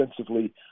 offensively